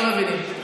מה נסגר אתכם?